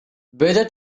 better